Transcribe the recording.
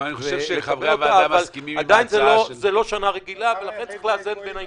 אבל עדיין זה לא שנה רגילה ולכן צריך לאזן בין האינטרסים.